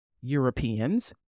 Europeans